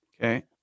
Okay